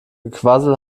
gequassel